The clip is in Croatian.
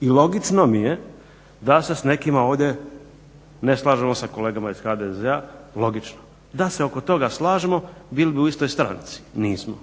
I logično mi je da se s nekima ovdje ne slažemo sa kolegama iz HDZ-a, logično. Da se oko toga slažemo bili bi u istoj stranci. Nismo,